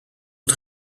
het